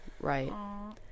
right